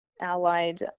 allied